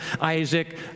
Isaac